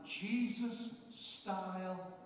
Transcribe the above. Jesus-style